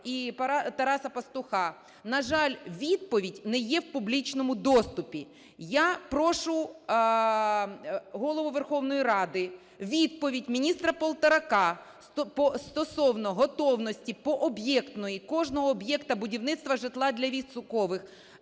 і Тараса Пастуха, на жаль, відповідь не є в публічному доступі. Я прошу Голову Верховної Ради відповідь міністра Полторака стосовно готовності, пооб'єктної, кожного об'єкта будівництва житла для військових